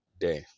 day